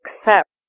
accept